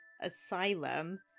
Asylum